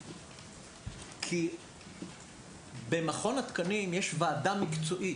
כי במכון התקנים יש ועדה מקצועית,